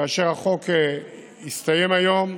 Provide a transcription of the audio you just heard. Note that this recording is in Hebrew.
כאשר החוק יסתיים היום,